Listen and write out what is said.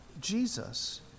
Jesus